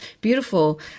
beautiful